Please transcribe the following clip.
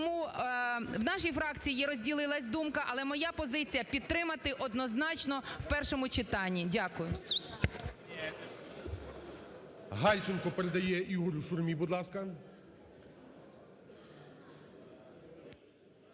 Тому, у нашій фракції розділились думки, але моя позиція – підтримати однозначно у першому читанні. Дякую.